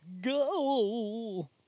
Go